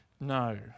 no